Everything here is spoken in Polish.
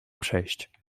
przejść